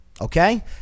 Okay